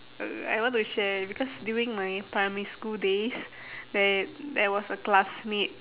uh I want to share because during my primary school days there there was a classmate